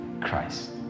Christ